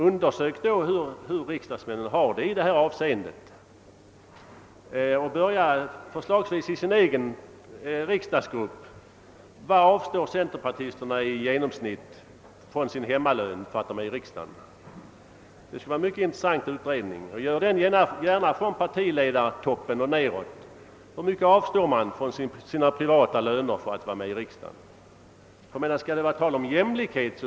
Undersök hur riksdagsmännen har det i detta avseende och börja förslagsvis i den egna riksdagsgruppen! Hur stor del av sin hemmalön avstår centerpar tisterna i genomsnitt ifrån på grund av att de är i riksdagen? Det skulle vara mycket intressant att göra en sådan utredning. Låt den gärna omfatta alia från partitoppen och nedåt!